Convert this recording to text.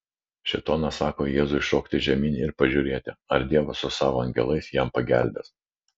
šėtonas sako jėzui šokti žemyn ir pažiūrėti ar dievas su savo angelais jam pagelbės